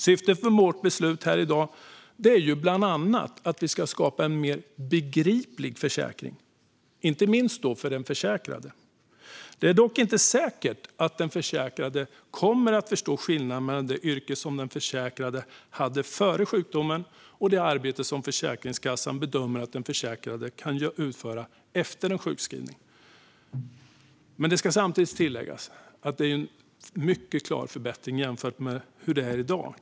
Syftet med vårt beslut här i dag är bland annat att skapa en mer begriplig försäkring, inte minst för den försäkrade. Det är dock inte säkert att den försäkrade kommer att förstå skillnaden mellan det yrke som den försäkrade hade före sjukdomen och det arbete som Försäkringskassan bedömer att den försäkrade kan utföra efter sjukskrivningen. Det ska samtidigt tilläggas att detta är en mycket klar förbättring jämfört med hur det är i dag.